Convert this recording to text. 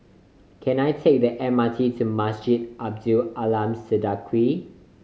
can I take the M R T to Masjid Abdul Aleem Siddique